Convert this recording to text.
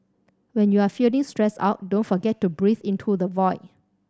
when you are feeling stressed out don't forget to breathe into the void